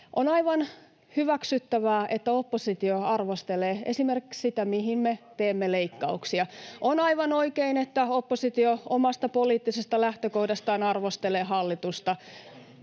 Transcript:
On aivan hyväksyttävää, että oppositio arvostelee esimerkiksi sitä, mihin me teemme leikkauksia. On aivan oikein, että oppositio omasta poliittisesta lähtökohdastaan arvostelee hallitusta,